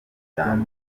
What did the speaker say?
cyane